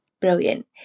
brilliant